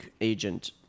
agent